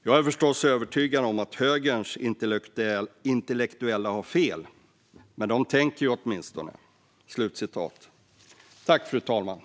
- Jag är förstås övertygad om att högerns intellektuella har fel, men de tänker ju åtminstone fortfarande."